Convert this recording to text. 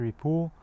pool